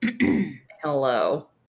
hello